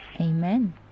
Amen